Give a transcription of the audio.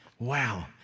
Wow